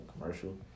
commercial